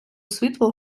світло